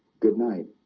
good night,